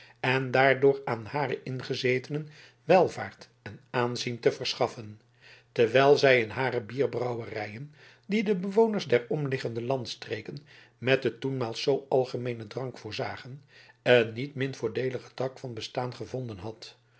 en daardoor aan hare ingezetenen welvaart en aanzien te verschaffen terwijl zij in hare bierbrouwerijen die de bewoners der omliggende landstreken met den toenmaals zoo algemeenen drank voorzagen een niet min voordeeligen tak van bestaan gevonden had